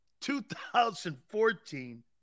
2014